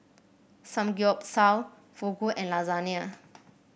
Samgyeopsal Fugu and Lasagna